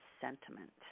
sentiment